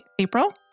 April